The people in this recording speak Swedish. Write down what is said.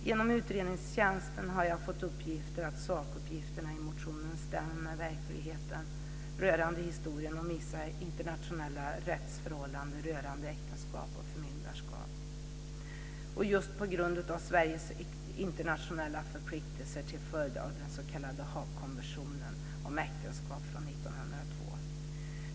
Genom utredningstjänsten har jag fått uppgift om att sakuppgifterna i motionen stämmer med verkligheten rörande historien om vissa internationella rättsförhållanden rörande äktenskap och förmyndarskap just på grund av Sveriges internationella förpliktelser till följd av den s.k. Haagkonventionen om äktenskap från 1902.